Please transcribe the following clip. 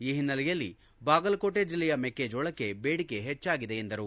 ಈ ಹಿನ್ನಲೆಯಲ್ಲಿ ಬಾಗಲಕೋಟೆ ಜಿಲ್ಲೆಯ ಮೆಕ್ಕೆಜೋಳಕ್ಕೆ ಬೇಡಿಕೆ ಹೆಚ್ಚಾಗಿದೆ ಎಂದರು